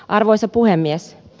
arvoisa puhemies